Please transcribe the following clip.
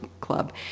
club